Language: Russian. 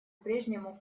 прежнему